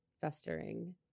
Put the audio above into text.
festering